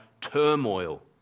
turmoil